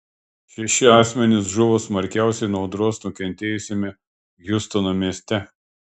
šeši asmenys žuvo smarkiausiai nuo audros nukentėjusiame hjustono mieste